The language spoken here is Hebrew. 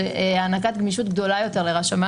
הוא הענקת גמישות גדולה יותר לרשמי